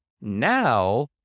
now